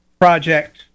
project